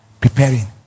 preparing